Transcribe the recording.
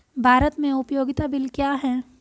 भारत में उपयोगिता बिल क्या हैं?